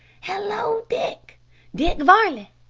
hallo! dick dick varley!